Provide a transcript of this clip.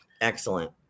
Excellent